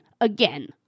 again